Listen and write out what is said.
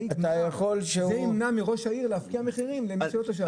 זה ימנע מראש העיר להפקיע מחירים למי שלא תושב.